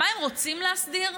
מה הם רוצים להסדיר?